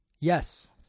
Yes